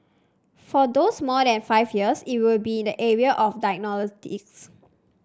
for those more than five years it would be in the area of diagnostics